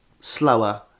slower